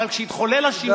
אבל כשיתחולל, תודה.